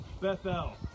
Bethel